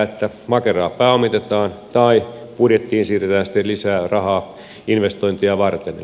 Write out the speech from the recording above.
joko makeraa pääomitetaan tai budjettiin siirretään lisää rahaa investointeja varten